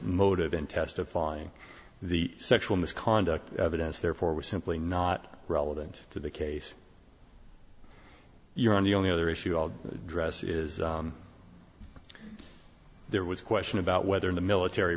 motive in testifying the sexual misconduct evidence therefore was simply not relevant to the case you're on the only other issue on dress is there was a question about whether in the military